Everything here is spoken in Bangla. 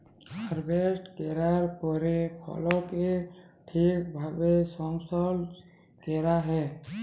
হারভেস্ট ক্যরার পরে ফসলকে ঠিক ভাবে সংরক্ষল ক্যরা হ্যয়